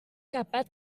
capat